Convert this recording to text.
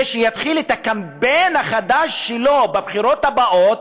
שיתחיל את הקמפיין החדש שלו בבחירות הבאות,